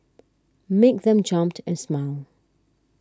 make them jump and smile